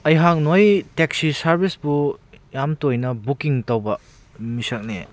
ꯑꯩꯍꯥꯛ ꯅꯈꯣꯏ ꯇꯦꯛꯁꯤ ꯁꯥꯔꯕꯤꯁꯄꯨ ꯌꯥꯝꯅ ꯇꯣꯏꯅ ꯕꯨꯀꯤꯡ ꯇꯧꯕ ꯃꯤꯁꯛꯅꯤ